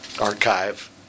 Archive